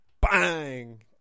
Bang